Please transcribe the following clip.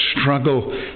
struggle